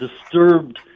disturbed